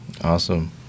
Awesome